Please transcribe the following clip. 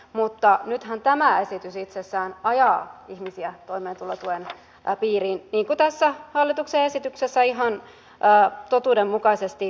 mutta nythän tämä esitys itsessään ajaa ihmisiä toimeentulotuen piiriin niin kuin tässä hallituksen esityksessä ihan totuudenmukaisesti todetaan